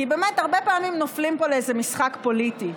כי באמת, הרבה פעמים נופלים פה לאיזה משחק פוליטי.